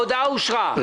הצבעה בעד,